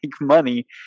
money